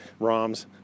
ROMs